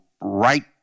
right